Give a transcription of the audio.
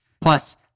Plus